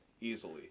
easily